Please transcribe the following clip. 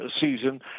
season